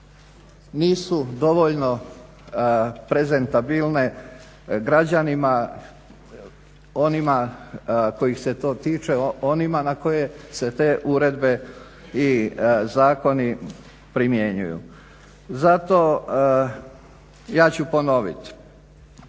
nisu dovoljno prezentabilne građanima, onima kojih se to tiče, onima na koje se te uredbe i zakoni primjenjuju. Zato ja ću ponovit